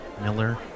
Miller